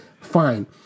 Fine